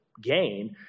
gain